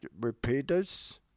repeaters